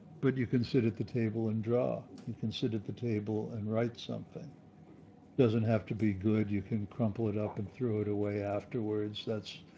but you can sit at the table and draw and considered the table and write something doesn't have to be good. you can crumple it up and throw it away afterwards. that's,